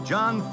John